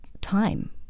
time